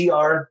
CR